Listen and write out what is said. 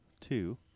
two